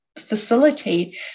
facilitate